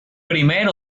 primer